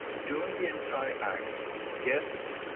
during the entire act guests,